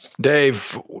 Dave